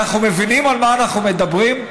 אנחנו מבינים על מה אנחנו מדברים?